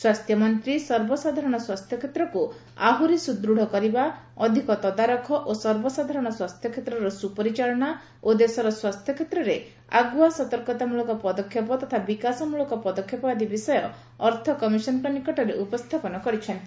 ସ୍ୱାସ୍ଥ୍ୟମନ୍ତ୍ରୀ ସର୍ବସାଧାରଣ ସ୍ୱାସ୍ଥ୍ୟକ୍ଷେତ୍ରକୁ ଆହୁରି ସୁଦୃଢ଼ କରିବା ଅଧିକ ତଦାରଖ ଓ ସର୍ବସାଧାରଣ ସ୍ୱାସ୍ଥ୍ୟ କ୍ଷେତ୍ରର ସୁପରିଚାଳନା ଓ ଦେଶର ସ୍ପାସ୍ଥ୍ୟକ୍ଷେତ୍ରରେ ଆଗୁଆ ସତର୍କତାମୂଳକ ପଦକ୍ଷେପ ତଥା ବିକାଶମ୍ଭଳକ ପଦକ୍ଷେପ ଆଦି ବିଷୟ ଅର୍ଥକମିଶନଙ୍କ ନିକଟରେ ଉପସ୍ଥାପନ କରିଛନ୍ତି